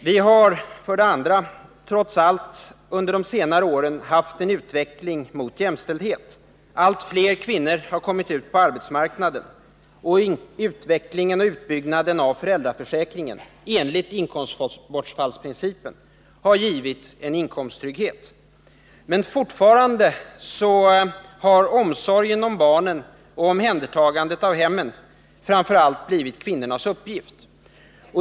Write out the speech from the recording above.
Vi har trots allt under de senare åren haft en utveckling mot jämställdhet. Allt fler kvinnor har kommit ut på arbetsmarknaden, och utvecklingen och utbyggnaden av föräldraförsäkringen enligt inkomstbortfallsprincipen har givit en inkomsttrygghet. Men fortfarande har omsorgen om barnen och omhändertagandet av hemmen framför allt blivit kvinnornas uppgift.